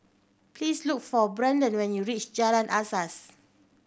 please look for Branden when you reach Jalan Asas